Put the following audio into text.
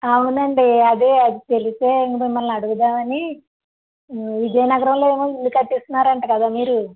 అవునండి అదే అది తెలిసే మిమ్మలని అడుగుదామని విజయనగరంలో ఏమోఇల్లు కట్టిస్తున్నారు అంట కదా మీరు